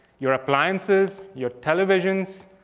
your appliances, your televisions,